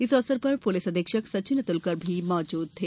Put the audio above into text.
इस अवसर पर पुलिस अधीक्षक सचित अतुलकर भी मौजूद थे